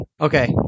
Okay